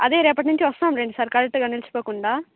అదే రేపటి నుంచి వస్తాంలేండి సార్ కరెక్ట్గా నిలిచిపోకుండా